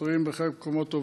מפטרים עובדים בחלק מהמקומות,